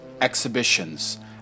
exhibitions